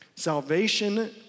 Salvation